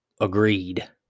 agreed